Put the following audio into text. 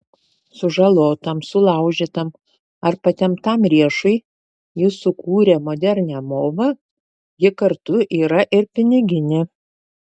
sužalotam sulaužytam ar patemptam riešui ji sukūrė modernią movą ji kartu yra ir piniginė